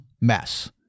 mess